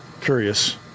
curious